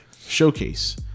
showcase